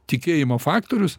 tikėjimo faktorius